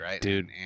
dude